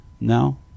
No